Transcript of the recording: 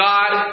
God